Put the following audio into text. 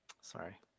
sorry